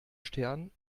stern